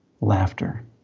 laughter